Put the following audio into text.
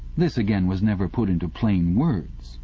this again was never put into plain words,